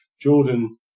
Jordan